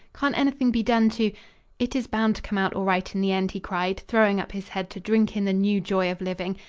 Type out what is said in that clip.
can't anything be done to it is bound to come out all right in the end, he cried, throwing up his head to drink in the new joy of living.